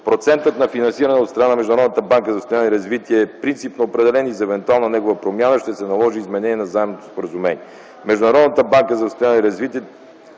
Процентът на финансиране от страна на Международната банка за възстановяване и развитие е принципно определен и за евентуална негова промяна ще се наложи изменение на Заемното споразумение. Международната банка за възстановяване и развитие